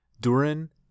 Durin